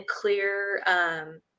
clear